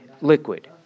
liquid